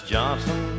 Johnson